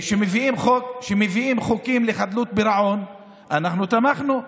כשמביאים חוקים לחדלות פירעון, אנחנו תמכנו.